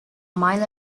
mile